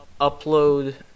upload